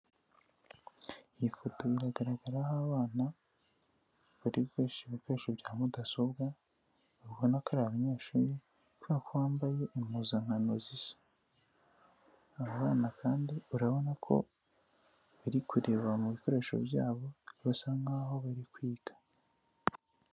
Iyi foto iragaragaraho abana bari gukoresha ibikoresho bya mudasobwa, ubona ko ari abanyeshuri kubera ko bambaye impuzankano zisa, aba bana kandi urabona ko bari kureba mubikoresho byabo basa nkaho bari kwiga.